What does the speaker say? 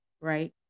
right